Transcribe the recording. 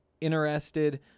interested